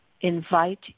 invite